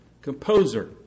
composer